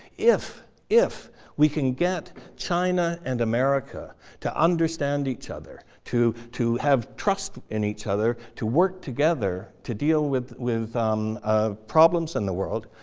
if if we can get china and america to understand each other, to to have trust in each other, to work together to deal with with um ah problems in the world,